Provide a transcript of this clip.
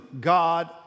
God